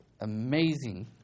amazing